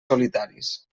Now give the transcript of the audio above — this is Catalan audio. solitaris